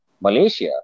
Malaysia